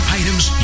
items